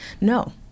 no